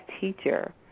teacher